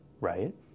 right